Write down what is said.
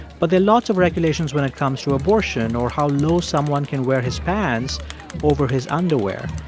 but there are lots of regulations when it comes to abortion or how low someone can wear his pants over his underwear.